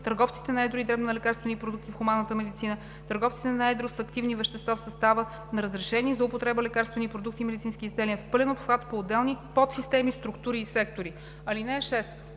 търговците на едро и дребно на лекарствени продукти в хуманната медицина, търговците на едро с активни вещества в състава на разрешени за употреба лекарствени продукти и медицински изделия в пълен обхват, по отделни подсистеми, структури и сектори. (5)